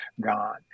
gone